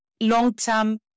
long-term